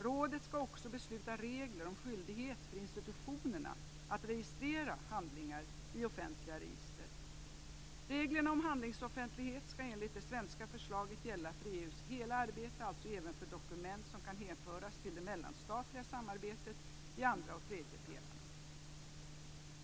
Rådet skall också besluta om regler om skyldighet för institutionerna att registrera handlingar i offentliga register. Reglerna om handlingsoffentlighet skall enligt det svenska förslaget gälla för EU:s hela arbete, alltså även för dokument som kan hänföras till det mellanstatliga samarbetet i andra och tredje pelaren.